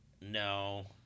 No